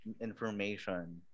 information